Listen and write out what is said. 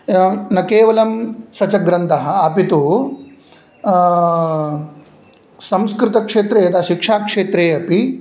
न केवलं स च ग्रन्थः अपि तु संस्कृतक्षेत्रे यथा सिक्षाक्षेत्रे अपि